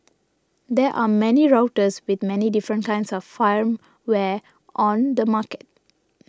there are many routers with many different kinds of firmware on the market